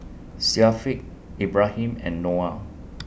Syafiq Ibrahim and Noah